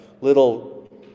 little